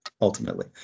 Ultimately